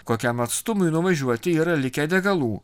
kokiam atstumui nuvažiuoti yra likę degalų